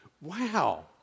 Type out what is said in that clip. wow